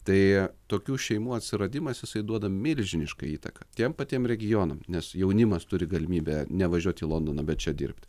tai tokių šeimų atsiradimas jisai duoda milžinišką įtaką tiem patiem regionam nes jaunimas turi galimybę nevažiuot į londoną bet čia dirbt